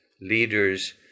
leaders